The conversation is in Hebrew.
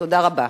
תודה רבה.